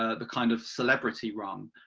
ah the kind of celebrity rung.